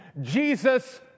Jesus